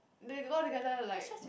they got together like